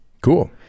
Cool